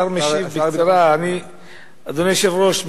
אדוני היושב-ראש,